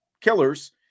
killers